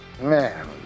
Man